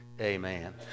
Amen